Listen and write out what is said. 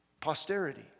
Posterity